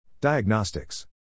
diagnostics